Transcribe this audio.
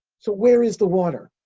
so where is the water?